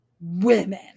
women